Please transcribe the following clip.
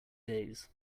days